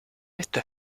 esto